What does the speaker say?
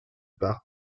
par